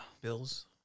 Bills